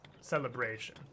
celebration